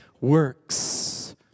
works